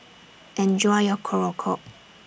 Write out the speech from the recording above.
Enjoy your Korokke